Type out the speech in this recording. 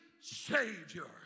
Savior